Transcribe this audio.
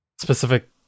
specific